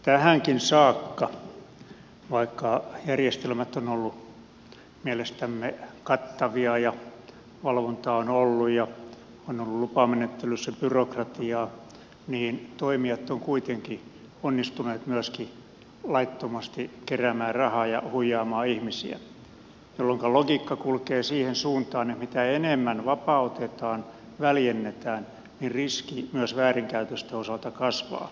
tähänkin saakka vaikka järjestelmät ovat olleet mielestämme kattavia ja valvontaa on ollut ja on ollut lupamenettelyssä byrokratiaa toimijat ovat kuitenkin onnistuneet myöskin laittomasti keräämään rahaa ja huijaamaan ihmisiä jolloinka logiikka kulkee siihen suuntaan että mitä enemmän vapautetaan väljennetään riski myös väärinkäytösten osalta kasvaa